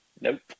Nope